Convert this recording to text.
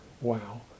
Wow